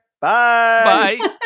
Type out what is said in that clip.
Bye